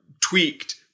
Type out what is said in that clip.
tweaked